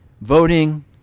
voting